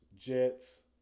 Jets